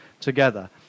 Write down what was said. together